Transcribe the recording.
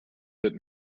that